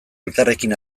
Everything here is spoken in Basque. elkarrekin